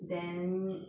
then